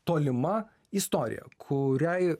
tolima istorija kuriai